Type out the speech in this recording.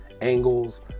angles